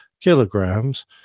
kilograms